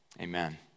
amen